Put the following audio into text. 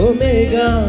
Omega